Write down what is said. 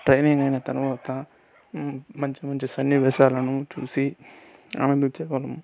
training అయిన తర్వాత మంచి మంచి సన్నివేశాలను చూసి ఆనందించగలము